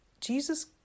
Jesus